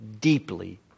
deeply